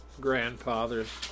grandfathers